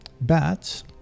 bats